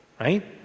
Right